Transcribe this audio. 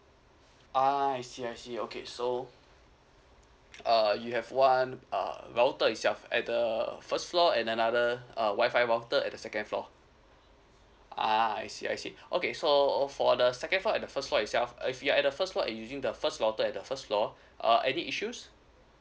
ah I see I see okay so uh you have one uh router itself at the first floor and another uh wifi router at the second floor ah I see I see okay so oh for the second floor at the first floor itself uh if you're at the first floor you using the first router at the first floor uh any issues